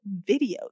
videos